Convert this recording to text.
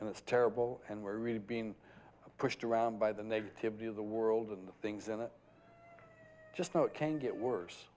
and it's terrible and we're really being pushed around by the negativity of the world and the things that just know it can get worse